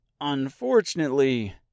Unfortunately